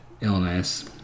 illness